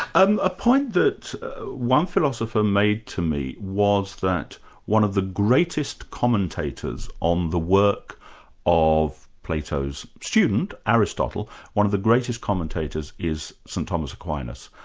um a point that one philosopher made to me was that one of the greatest commentators on the work of plato's student, aristotle, one of the greatest commentators is st thomas aquinas,